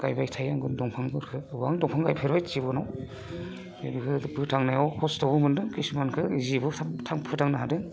गायबाय थायो आं दंफांफोरखौ गोबां दंफां गायफेरबाय जिबनाव बेफोरखौ फोथांनायाव खस्थ' मोनदों किसुमानखो जिबो फोथांनो हादों